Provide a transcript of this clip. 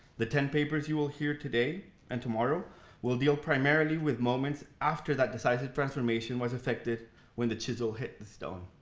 the ten papers you will hear today and tomorrow will deal primarily with moments after that decisive transformation was effected when the chisel hit the stone.